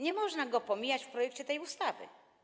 Nie można go pomijać w projekcie tej ustawy.